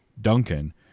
Duncan